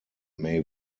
may